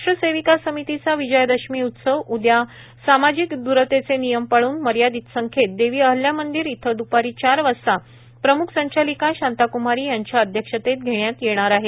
राष्ट्र सेविका समितीचा विजयादशमी उत्सव उदया सामाजिक द्रतेचे नियम पाळून मर्यादित संख्येत देवी अहल्या मंदिर इथ दूपारी चार वाजता प्रम्ख संचालिका शांता क्मारी यांच्या अध्यक्षतेत घेण्यात येणार आहे